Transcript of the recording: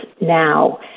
now